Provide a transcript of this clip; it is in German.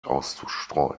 auszustreuen